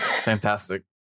Fantastic